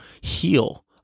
heal